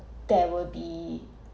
there will be